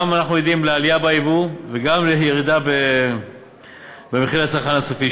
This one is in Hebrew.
אנחנו עדים גם לעלייה ביבוא וגם לירידה במחיר הצרכן הסופי.